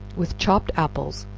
with chopped apples,